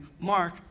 Mark